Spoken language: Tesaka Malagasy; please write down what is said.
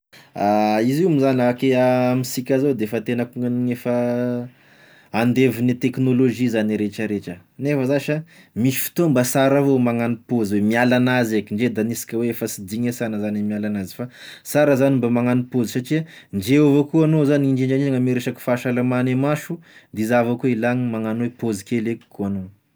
Izy io moa zany, ake amisika zao defa tena akoa gnagne efa andevone teknolozia zane e rehetra rehetra, nefa zasha misy fotoa mba sara avao magnano pôzy hoe miala anazy eky ndre da hanisika hoe efa sy digny asagna zany e miala anazy, fa sara zany mba magnano pôzy satria ndre eo avao koa anao zany indrindra indrindra gn'ame resaky fahasalamagne maso de za avao koa ilagna ny magnano hoe pôzy kely eky koa anao.